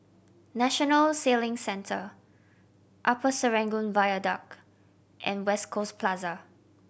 National Sailing Centre Upper Serangoon Viaduct and West Coast Plaza